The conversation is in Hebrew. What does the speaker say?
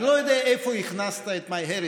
אני לא יודע איפה הכנסת את MyHeritage,